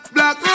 Black